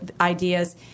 ideas